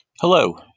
Hello